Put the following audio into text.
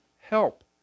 help